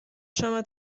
شما